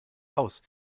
aus